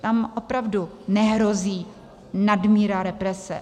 Tam opravdu nehrozí nadmíra represe.